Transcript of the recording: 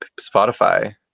Spotify